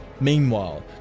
Meanwhile